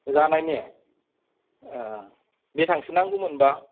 जानायनि अ बेसेबांसो नांगौमोनबा